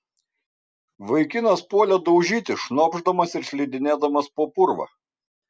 vaikinas puolė daužyti šnopšdamas ir slidinėdamas po purvą